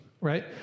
right